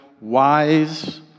wise